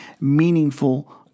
meaningful